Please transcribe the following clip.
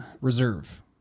reserve